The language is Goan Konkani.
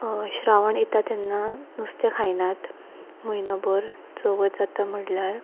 श्रावण येता तेन्ना नुस्तें खायनात म्हयनो भर चवथ जाता म्हणल्यार